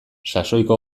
sasoiko